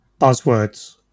Buzzwords